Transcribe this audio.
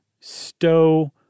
stow